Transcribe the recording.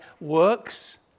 works